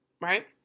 right